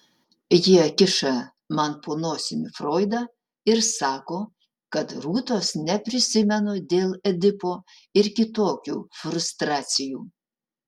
jie kiša man po nosimi froidą ir sako kad rūtos neprisimenu dėl edipo ir kitokių frustracijų